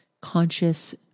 conscious